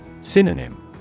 Synonym